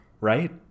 right